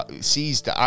seized